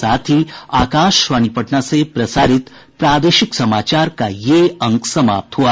इसके साथ ही आकाशवाणी पटना से प्रसारित प्रादेशिक समाचार का ये अंक समाप्त हुआ